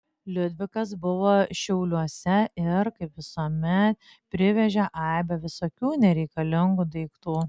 liudvikas buvo šiauliuose ir kaip visuomet privežė aibę visokių nereikalingų daiktų